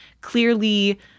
clearly